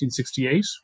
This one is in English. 1968